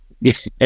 yes